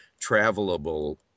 travelable